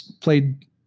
played